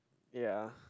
ya